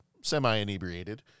semi-inebriated